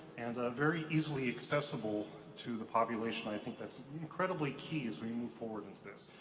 and very easily accessible to the population, i think that's incredibly key as we move forward into this.